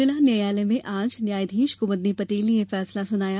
जिला न्यायालय में आज न्यायाधीश कुमुदनी पटेल ने यह फैसला सुनाया